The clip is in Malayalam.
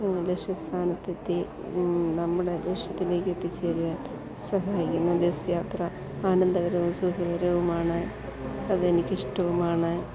ലക്ഷ്യസ്ഥാനത്തെത്തി നമ്മുടെ ലക്ഷ്യത്തിലേക്ക് എത്തിച്ചേരാൻ സഹായിക്കുന്നു ബസ് യാത്ര ആനന്ദകരവും സുഖകരവുമാണ് അതെനിക്ക് ഇഷ്ടവുമാണ്